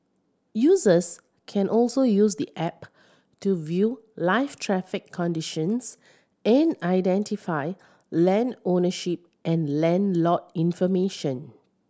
users can also use the app to view live traffic conditions and identify land ownership and land lot information